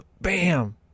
Bam